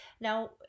now